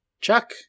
Chuck